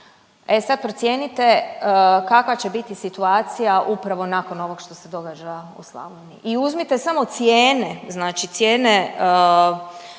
E sad procijenite kakva će biti situacija upravo nakon ovoga što se događa u Slavoniji i uzmite samo cijene, znači cijene,